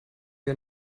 wir